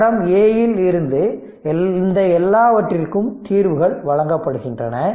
படம் a இல் இருந்து இந்த எல்லாவற்றிற்கும் தீர்வுகள் வழங்கப்படுகின்றன